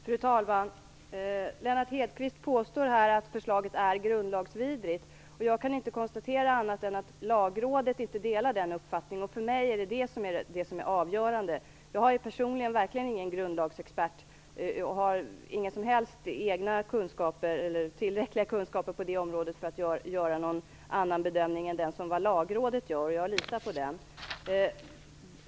Fru talman! Lennart Hedquist påstod att förslaget är grundlagsvidrigt. Jag kan inte konstatera annat än att Lagrådet inte delar den uppfattningen. För mig är det nämligen det som är avgörande. Jag är personligen verkligen ingen grundlagsexpert och har inte tillräckliga kunskaper på det området för att kunna göra någon annan bedömning än den som Lagrådet gör. Jag litar på den.